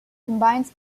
combines